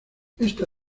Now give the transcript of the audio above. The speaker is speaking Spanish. esta